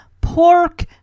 pork